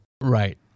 Right